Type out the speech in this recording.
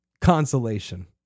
consolation